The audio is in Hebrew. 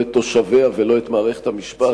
לא את תושביה ולא את מערכת המשפט,